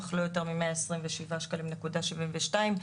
אך לא יותר ממאה עשרים ושבעה שקלים נקודה שבעים ושתיים.